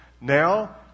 now